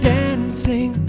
dancing